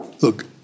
Look